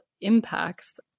impacts